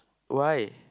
why